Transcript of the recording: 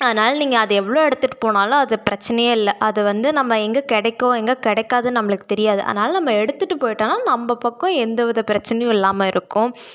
அதனால நீங்கள் அதை எவ்வளோ எடுத்துகிட்டு போனாலும் அது பிரச்சினையே இல்லை அது வந்து நம்ம எங்கே கிடைக்கும் எங்கே கிடைக்காதுன்னு நம்பளுக்கு தெரியாது அதனால நம்ம எடுத்துகிட்டு போய்ட்டோன்னால் நம்ப பக்கம் எந்த வித பிரச்சினையும் இல்லாமல் இருக்கும்